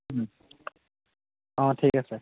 অঁ ঠিক আছে